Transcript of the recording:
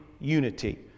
unity